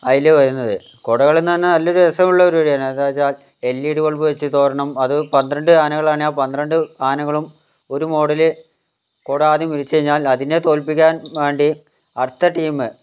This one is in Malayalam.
അതില് വരുന്നത് കുടകൾന്ന് പറഞ്ഞ നല്ല രസമുള്ള പരിപാടിയാണ് എന്താന്ന് വച്ചാൽ എൽഈഡി ബൾബ് വച്ച് തോരണം അത് പന്ത്രണ്ട് ആനകളാണേൽ ആ പന്ത്രണ്ട് ആനകളും ഒരു മോഡല് കുട ആദ്യം വിരിച്ച് കഴിഞ്ഞാൽ അതിനെ തോൽപിക്കാൻ വേണ്ടി അടുത്ത ടീം